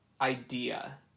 idea